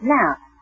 Now